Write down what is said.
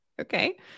Okay